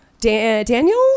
Daniel